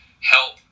help